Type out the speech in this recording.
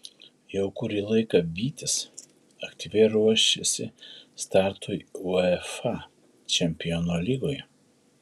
jau kurį laiką vytis aktyviai ruošiasi startui uefa čempionų lygoje